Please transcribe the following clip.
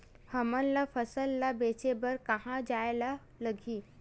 हमन ला फसल ला बेचे बर कहां जाये ला लगही?